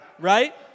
right